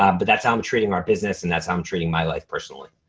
um but that's how i'm treating our business and that's how i'm treating my life personally.